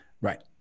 right